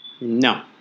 No